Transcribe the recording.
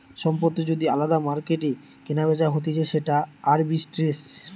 সম্পত্তি যদি আলদা মার্কেটে কেনাবেচা হতিছে সেটা আরবিট্রেজ